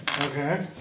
Okay